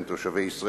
הם תושבי ישראל,